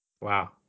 Wow